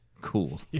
cool